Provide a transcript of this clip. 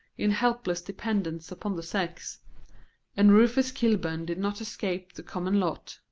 in helpless dependence upon the sex and rufus kilburn did not escape the common lot.